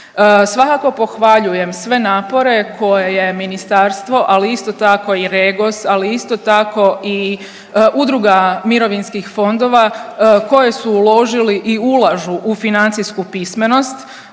Svakako pohvaljujem sve napore koje je ministarstvo, ali isto tako i REGOS, ali isto tako i udruga mirovinskih fondova koji su uložili i ulažu u financijsku pismenost,